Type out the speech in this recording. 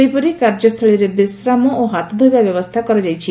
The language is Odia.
ସେହିପରି କାର୍ଯ୍ୟସ୍କଳୀରେ ବିଶ୍ରାମ ଓ ହାତ ଧୋଇବା ବ୍ୟବସ୍କା କରାଯାଇଛି